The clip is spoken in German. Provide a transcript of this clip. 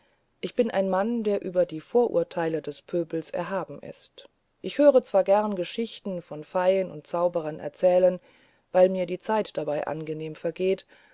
ich bin ein mann der über die vorurteile des pöbels erhaben ist ich höre zwar gern geschichten von feien und zauberern erzählen weil mir die zeit dabei angenehm vergeht